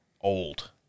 old